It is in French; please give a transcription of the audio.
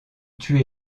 tuer